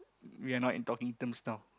we are not in talking terms now